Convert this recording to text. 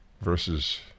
versus